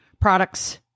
products